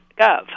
gov